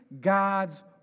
God's